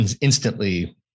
instantly